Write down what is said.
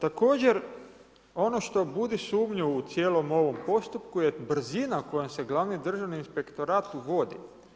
Također, ono što budi sumnju u cijelom ovom postupku je brzina kojom se glavni državni inspektorat uvodi.